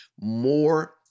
more